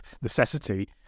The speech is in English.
necessity